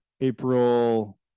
April